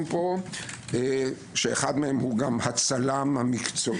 פה שאחד מהם הוא גם הצלם המקצועי.